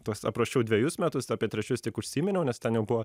tos aprašiau dvejus metus apie trečius tik užsiminiau nes ten jau buvo